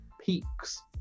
peaks